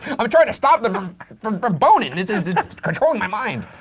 i'm trying to stop them from from boning. and it's and it's controlling my mind.